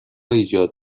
ایجاد